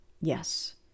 Yes